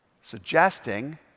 suggesting